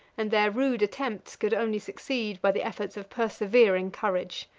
and their rude attempts could only succeed by the efforts of persevering courage.